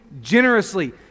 generously